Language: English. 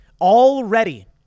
Already